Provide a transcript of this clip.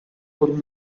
could